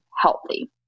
healthy